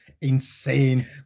insane